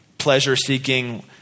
pleasure-seeking